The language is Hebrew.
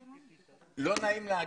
חודשים, לא נעים להגיד,